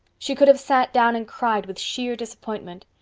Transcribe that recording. she could have sat down and cried with sheer disappointment.